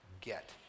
get